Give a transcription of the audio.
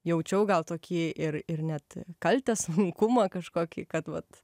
jaučiau gal tokį ir ir net kaltę sunkumą kažkokį kad vat